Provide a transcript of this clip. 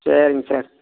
சரிங்க சார்